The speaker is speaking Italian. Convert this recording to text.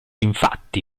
infatti